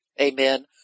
Amen